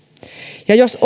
ja jos